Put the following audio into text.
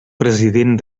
president